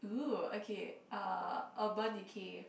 okay uh Urban Decay